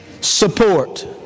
support